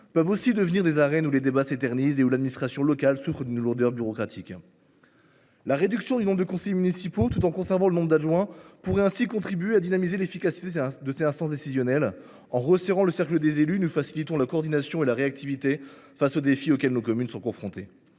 peuvent par ailleurs devenir des arènes où les débats s’éternisent et où l’administration locale souffre d’une lourdeur bureaucratique. La réduction du nombre de conseillers municipaux, associée au maintien du nombre d’adjoints, pourrait contribuer à dynamiser l’efficacité de ces instances décisionnelles. En resserrant le cercle des élus, nous faciliterions la coordination et la réactivité face aux défis auxquels nos communes sont confrontées.